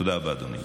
תודה רבה, אדוני.